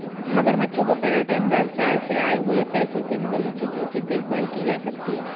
मगरमच्छों के पर्यटन व्यवसाय से आए हुए पैसों से मगरमच्छों की उचित देखभाल की जा सकती है